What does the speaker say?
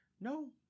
No